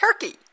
turkey